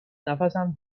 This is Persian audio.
نفسم